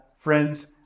Friends